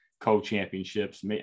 co-championships